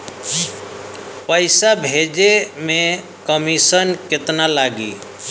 पैसा भेजे में कमिशन केतना लागि?